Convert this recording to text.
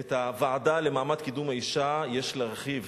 את הוועדה לקידום מעמד האשה יש להרחיב